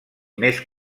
més